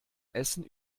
essen